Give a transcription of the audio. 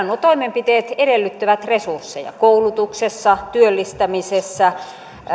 nuo toimenpiteet edellyttävät resursseja koulutuksessa työllistämisessä